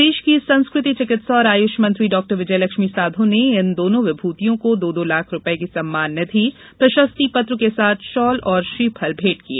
प्रदेष की संस्कृति चिकित्सा और आयुष मंत्री डॉ विजयलक्ष्मी साधौ ने इन दोनों विभूतियों को दो दो लाख रुपए की सम्मान निधि प्रषस्ति पत्र के साथ शाल और श्रीफल भेंट किए